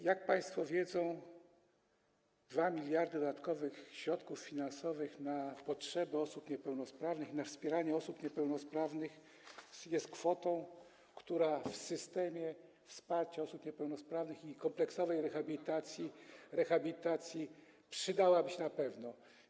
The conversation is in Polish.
Jak państwo wiedzą, 2 mld dodatkowych środków finansowych na potrzeby osób niepełnosprawnych i na wspieranie osób niepełnosprawnych to kwota, która w systemie wsparcia osób niepełnosprawnych i kompleksowej rehabilitacji przydałaby się na pewno.